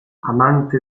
amante